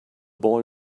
boy